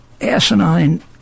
asinine